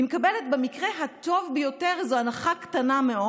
היא מקבלת במקרה הטוב ביותר איזו הנחה קטנה מאוד,